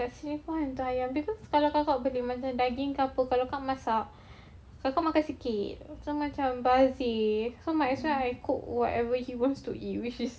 mesti pun hantu ayam because kalau kakak beli macam daging ke atau apa kalau kak masak kakak makan sikit so macam bazir so might as well I cook whatever he wants to eat which is